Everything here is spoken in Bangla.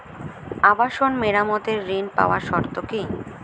আবাসন মেরামতের ঋণ পাওয়ার শর্ত কি?